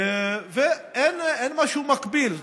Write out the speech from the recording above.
ואין משהו מקביל,